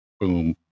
boom